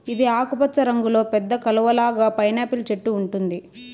ఇది ఆకుపచ్చ రంగులో పెద్ద కలువ లాగా పైనాపిల్ చెట్టు ఉంటుంది